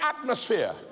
atmosphere